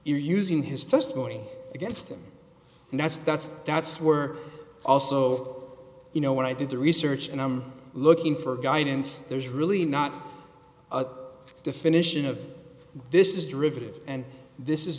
you're using his testimony against him and that's that's that's were also you know when i did the research and i'm looking for guidance there's really not a definition of this is derivative and this is